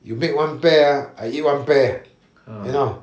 you make one pair ah I eat one pair you know